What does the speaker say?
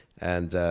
and,